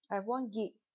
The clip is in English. I have one gig